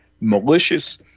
malicious